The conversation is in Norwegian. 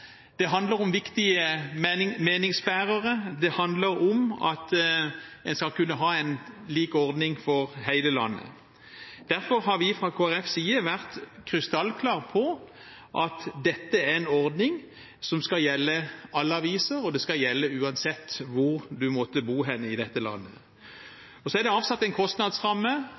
Det handler om viktige meningsbærere, det handler om at en skal kunne ha en lik ordning for hele landet. Derfor har vi fra Kristelig Folkepartis side vært krystallklare på at dette er en ordning som skal gjelde alle aviser, og den skal gjelde uansett hvor en måtte bo hen i dette landet.